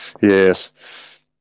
Yes